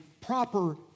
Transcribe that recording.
proper